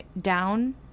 down